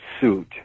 suit